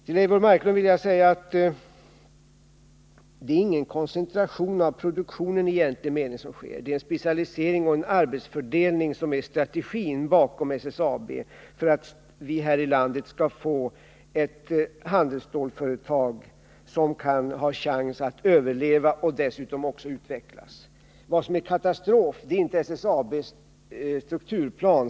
Till Eivor Marklund vill jag säga att det i egentlig mening inte är någon koncentration av produktionen som sker, utan det är en specialisering och en arbetsfördelning som ligger bakom den strategi som SSAB tillämpar för att vi här i landet skall få ett handelsstålsföretag som kan ha chans att överleva och dessutom utvecklas. Om man skall använda ordet katastrof i det här sammanhanget så bör man inte tala om SSAB:s strukturplan.